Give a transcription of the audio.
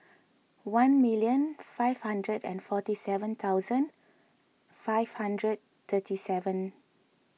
one million five hundred and forty seven thousand five hundred thirty seven